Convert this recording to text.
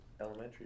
Elementary